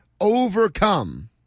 overcome